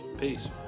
Peace